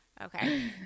Okay